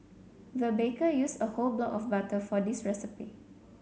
the baker used a whole block of butter for this recipe